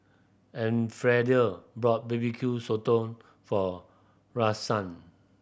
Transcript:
Elfrieda bought B B Q Sotong for Rosann